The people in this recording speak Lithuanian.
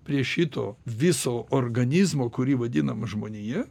prie šito viso organizmo kurį vadinam žmonija